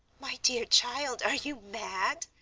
my dear child, are you mad?